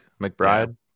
McBride